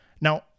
Now